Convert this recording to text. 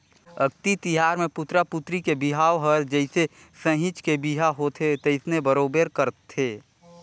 अक्ती तिहार मे पुतरा पुतरी के बिहाव हर जइसे सहिंच के बिहा होवथे तइसने बरोबर करथे